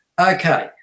Okay